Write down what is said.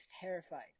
terrified